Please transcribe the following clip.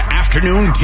afternoon